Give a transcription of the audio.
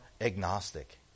agnostic